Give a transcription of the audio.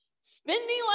spending